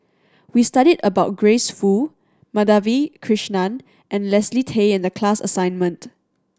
we studied about Grace Fu Madhavi Krishnan and Leslie Tay in the class assignment